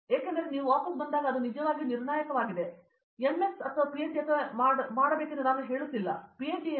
ಏಕೆಂದರೆ ನೀವು ಬಂದಾಗ ಅದು ನಿಜವಾಗಿಯೂ ನಿರ್ಣಾಯಕವಾಗಿದೆ ಮತ್ತು MS ಅಥವಾ PhD MS ಅನ್ನು ಏನು ಮಾಡಬೇಕೆಂದು ನಾನು ಹೇಳಬೇಕೆಂದು ಹೇಳುತ್ತಿಲ್ಲ ಪಿಎಚ್ಡಿ ಏನು